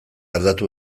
aldatu